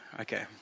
Okay